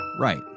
right